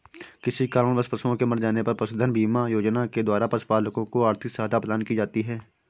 किसी कारणवश पशुओं के मर जाने पर पशुधन बीमा योजना के द्वारा पशुपालकों को आर्थिक सहायता प्रदान की जाती है